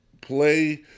play